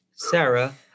Sarah